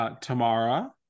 Tamara